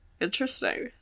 Interesting